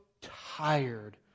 tired